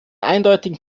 eindeutigen